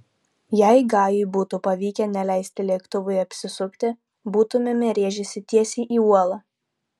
jei gajui būtų pavykę neleisti lėktuvui apsisukti būtumėme rėžęsi tiesiai į uolą